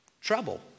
trouble